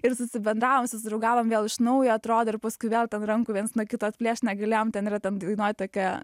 ir susibendravom susidraugavom vėl iš naujo atrodo ir paskui vėl ten rankų viens nuo kito atplėšt negalėjom ten yra ten dainoj tokia